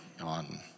on